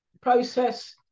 process